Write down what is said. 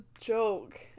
joke